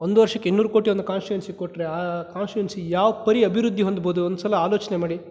ಒಂದು ವರ್ಷಕ್ಕೆ ಇನ್ನೂರು ಕೋಟಿ ಒಂದು ಕಾನ್ಸ್ಟುಯೆನ್ಸಿಗೆ ಕೊಟ್ಟರೆ ಆ ಕಾನ್ಸ್ಟುಯೆನ್ಸಿ ಯಾವ ಪರಿ ಅಭಿವೃದ್ಧಿ ಹೊಂದ್ಬೋದು ಒಂದು ಸಲ ಆಲೋಚನೆ ಮಾಡಿ